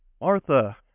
Martha